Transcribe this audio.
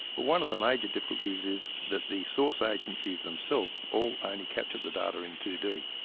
one of the major difficulties is that the source agencies themselves all only capture the data in two d.